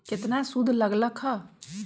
केतना सूद लग लक ह?